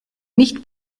nicht